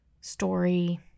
story